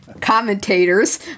commentators